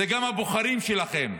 זה גם הבוחרים שלכם,